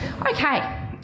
Okay